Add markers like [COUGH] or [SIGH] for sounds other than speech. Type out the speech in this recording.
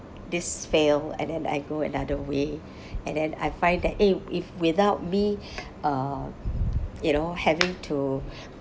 this failed and I go another way [BREATH] and then I find that eh if without me [BREATH] uh you know having to [BREATH]